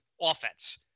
offense